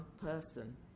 person